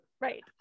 right